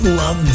love